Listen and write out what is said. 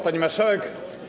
Pani Marszałek!